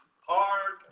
hard